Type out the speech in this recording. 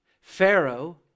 Pharaoh